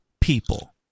people